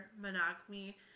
monogamy